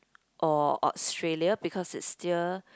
or Australia because it's still